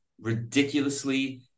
ridiculously